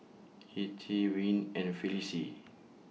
Ethie Wayne and Felice